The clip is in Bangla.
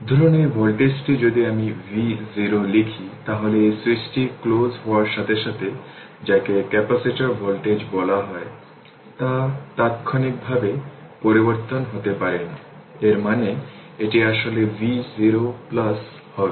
ধরুন এই ভোল্টেজটি যদি আমি v0 লিখি তাহলে এই সুইচ ক্লোজ হওয়ার সাথে সাথে যাকে ক্যাপাসিটর ভোল্টেজ বলা হয় তা তাৎক্ষণিকভাবে পরিবর্তন হতে পারে না এর মানে এটি আসলে v0 হবে